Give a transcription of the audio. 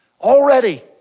already